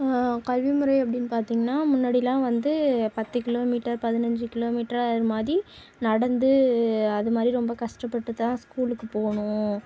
கல்வி முறை அப்டின்னு பார்த்திங்னா முன்னாடிலாம் வந்து பத்து கிலோமீட்டர் பதினஞ்சு கிலோமீட்டரா அது மாதிரி நடந்து அதுமாதிரி ரொம்ப கஷ்டப்பட்டு தான் ஸ்கூலுக்கு போகணும்